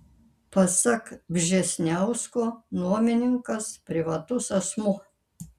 pasak vžesniausko nuomininkas privatus asmuo